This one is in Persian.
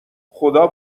خدا